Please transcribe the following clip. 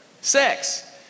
Sex